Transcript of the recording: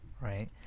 right